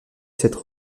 cette